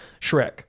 Shrek